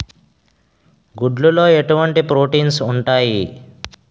గుడ్లు లో ఎటువంటి ప్రోటీన్స్ ఉంటాయి?